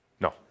No